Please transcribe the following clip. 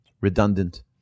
redundant